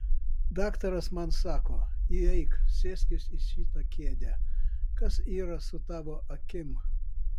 daktaras man sako įeik sėskis į šitą kėdę kas yra su tavo akim